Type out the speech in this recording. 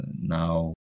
now